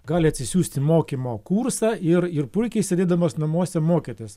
gali atsisiųsti mokymo kursą ir ir puikiai sėdėdamas namuose mokytis